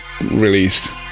release